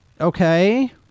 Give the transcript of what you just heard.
okay